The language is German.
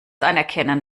anerkennen